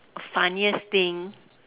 funniest thing